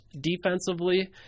defensively